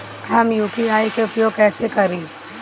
हम यू.पी.आई के उपयोग कइसे करी?